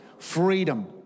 Freedom